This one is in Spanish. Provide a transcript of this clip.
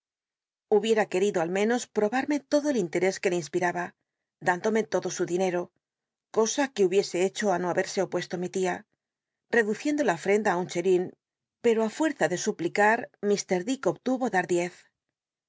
hubiera querido al menos probatmc todo el inletés que le itlspi taba chindomc odo su dineto cosa que hubiese hecho í no hahctse l opuesto mi tia reduciendo la ofrenda á un chelin ero á fuerza de suplicar ir dick obtuvo